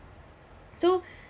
so